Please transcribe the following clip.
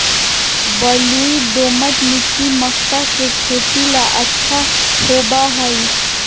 बलुई, दोमट मिट्टी मक्का के खेती ला अच्छा होबा हई